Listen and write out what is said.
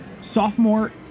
sophomore